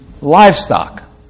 livestock